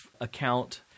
account